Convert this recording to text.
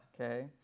okay